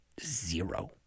zero